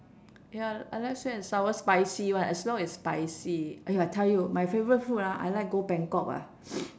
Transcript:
ya I I like sweet and sour spicy one as long as spicy !aiyo! I tell you my favourite food ah I like go bangkok eh